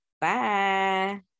bye